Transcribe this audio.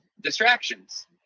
distractions